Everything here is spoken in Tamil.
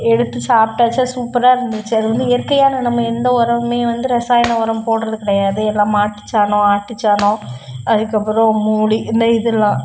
எடுத்து சாப்பிட்டாச்சி அது சூப்பராக இருந்துச்சி அது வந்து இயற்கையான நம்ம எந்த உரமுமே வந்து இரசாயண உரம் போடுறது கிடையாது எல்லாம் மாட்டு சாணம் ஆட்டு சாணம் அதுக்கு அப்புறம் மூலி இந்த இதெல்லாம்